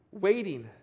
Waiting